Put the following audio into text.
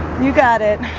you got it